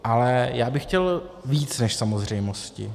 Ale já bych chtěl víc než samozřejmosti.